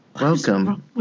welcome